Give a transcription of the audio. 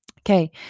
Okay